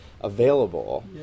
available